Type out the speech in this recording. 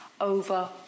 over